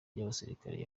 y’abasirikare